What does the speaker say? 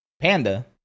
Panda